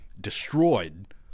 destroyed